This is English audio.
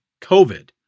COVID